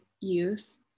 youth